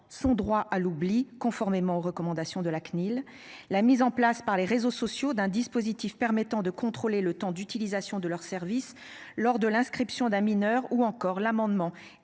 son droit à l'oubli, conformément aux recommandations de la CNIL, la mise en place par les réseaux sociaux, d'un dispositif permettant de contrôler le temps d'utilisation de leurs services. Lors de l'inscription d'un mineur ou encore l'amendement